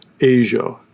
Asia